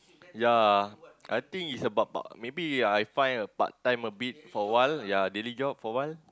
ya I think is about about maybe I find a part time a bit for a while ya daily job for a while